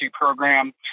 program